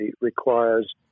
requires